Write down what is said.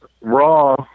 Raw